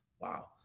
wow